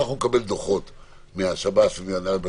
הם באים